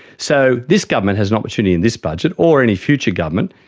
so this government has an opportunity in this budget, or any future government,